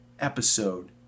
episode